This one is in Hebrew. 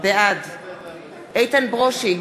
בעד איתן ברושי,